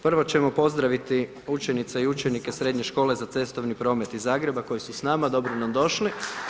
Prvo ćemo pozdraviti učenice i učenike srednje škole za Cestovni promet iz Zagreba koji su s nama, dobro nam došli.